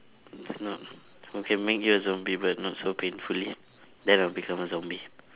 is not okay make you a zombie but not so painfully then I'll become a zombie